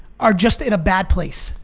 are just in a bad place.